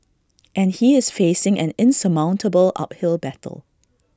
and he is facing an insurmountable uphill battle